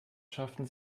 schafften